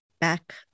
back